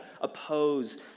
oppose